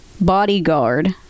bodyguard